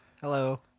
Hello